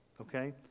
Okay